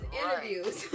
interviews